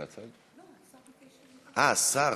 אה, השר.